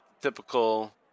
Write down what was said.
typical